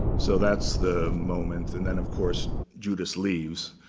so that's the moment. and then, of course, judas leaves.